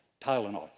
Tylenol